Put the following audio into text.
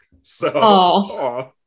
So-